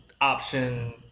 option